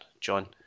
John